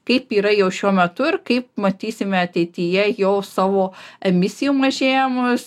kaip yra jau šiuo metu ir kaip matysime ateityje jau savo emisijų mažėjimus